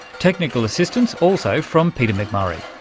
technical assistance also from peter mcmurray